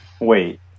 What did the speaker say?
Wait